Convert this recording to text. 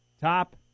top